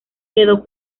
quedó